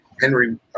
Henry